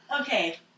Okay